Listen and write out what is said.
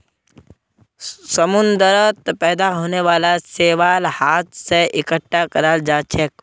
समुंदरत पैदा होने वाला शैवाल हाथ स इकट्ठा कराल जाछेक